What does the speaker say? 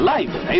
Life